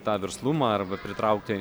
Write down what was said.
tą verslumą arba pritraukti